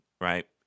right